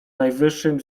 najwyższym